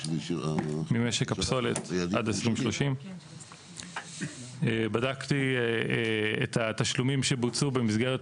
ממשק הפסולת עד 2030. בדקתי את התשלומים שבוצעו במסגרת